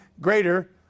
greater